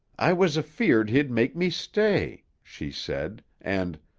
i was afeered he'd make me stay, she said, and,